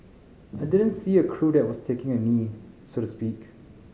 I didn't see a crew that was taking a knee so to speak